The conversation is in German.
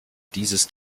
dieses